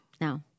No